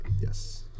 Yes